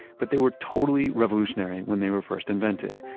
but they were totally revolutionary when they were first invented.